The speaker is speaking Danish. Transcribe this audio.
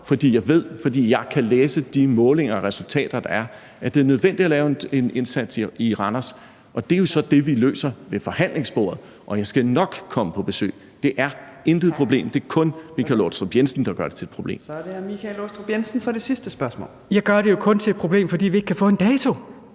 for jeg ved og kan læse af de målinger og resultater, der er, at det er nødvendigt at lave en indsats i Randers. Og det er så det, vi løser ved forhandlingsbordet. Jeg skal nok komme på besøg. Det er intet problem, det er kun hr. Michael Aastrup Jensen, der gør det til et problem. Kl. 14:43 Fjerde næstformand (Trine Torp): Så er det hr. Michael Aastrup Jensen for sit sidste spørgsmål. Kl. 14:43 Michael Aastrup Jensen (V): Jeg gør det jo kun til et problem, fordi vi ikke kan få en dato.